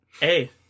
Hey